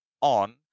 on